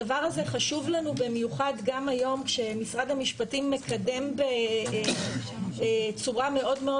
הדבר הזה חשוב לנו במיוחד גם היום כשמשרד המשפטים מקדם בצורה מאוד מאוד